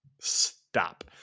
Stop